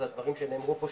אז הדברים שנאמרו פה,